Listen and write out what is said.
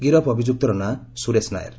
ଗିରଫ ଅଭିଯୁକ୍ତର ନାଁ ସୁରେଶ ନାୟାର